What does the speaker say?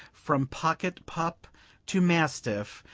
from pocket-pup to mastiff,